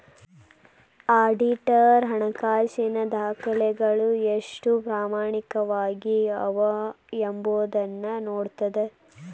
auditor ಹಣಕಾಸಿನ ದಾಖಲೆಗಳು ಎಷ್ಟು ಪ್ರಾಮಾಣಿಕವಾಗಿ ಅವ ಎಂಬೊದನ್ನ ನೋಡ್ತದ